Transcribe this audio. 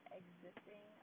existing